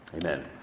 Amen